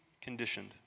conditioned